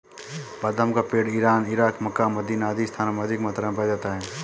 बादाम का पेड़ इरान, इराक, मक्का, मदीना आदि स्थानों में अधिक मात्रा में पाया जाता है